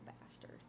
bastard